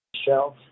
shelf